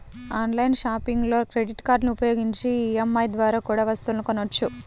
online షాపింగ్లో credit కార్డులని ఉపయోగించి ఈ.ఎం.ఐ ద్వారా కూడా వస్తువులను కొనొచ్చు